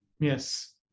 yes